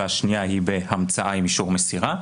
והשנייה היא בהמצאה עם אישור מסירה.